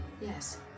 Yes